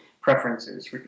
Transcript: preferences